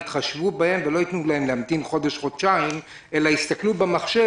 יתחשבו בהם ולא יתנו להם להמתין חודש חודשיים אלא שיבואו לקראתם,